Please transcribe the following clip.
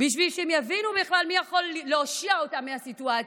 בשביל שהם יבינו בכלל מי יכול להושיע אותם מהסיטואציה.